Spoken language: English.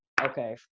okay